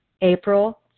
April